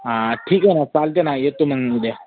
हां ठीक आहे ना चालते ना येतो मग मी उद्या